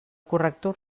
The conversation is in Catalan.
corrector